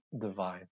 divine